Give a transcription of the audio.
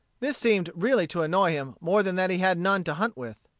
this seemed really to annoy him more than that he had none to hunt with.